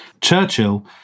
Churchill